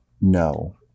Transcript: No